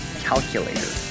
calculator